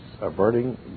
averting